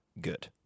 good